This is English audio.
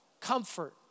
comfort